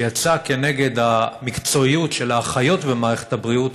שיצא כנגד המקצועיות של האחיות במערכת הבריאות